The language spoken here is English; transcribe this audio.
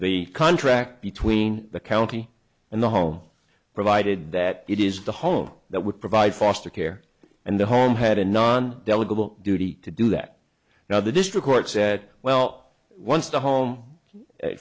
the contract between the county and the home provided that it is the home that would provide foster care and the home had a non delegate duty to do that now the district court said well once the home